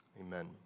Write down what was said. amen